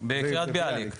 בקריית ביאליק.